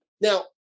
Now